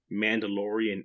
Mandalorian